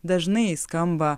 dažnai skamba